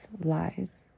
lies